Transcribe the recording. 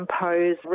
impose